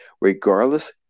regardless